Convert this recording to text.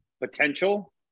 potential